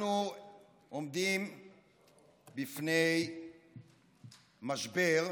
אנחנו עומדים בפני משבר,